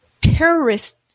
terrorist